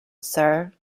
sir